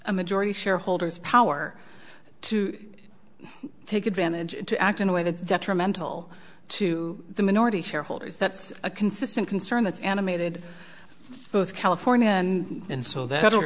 a majority shareholders power to take advantage to act in a way that detrimental to the minority shareholders that's a consistent concern that's animated both california and in so that'll